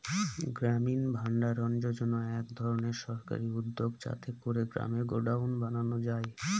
গ্রামীণ ভাণ্ডারণ যোজনা এক ধরনের সরকারি উদ্যোগ যাতে করে গ্রামে গডাউন বানানো যায়